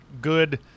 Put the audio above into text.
good